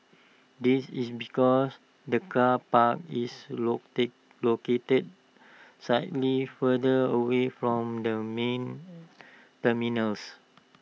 this is because the car park is locate located slightly further away from the main terminals